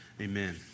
amen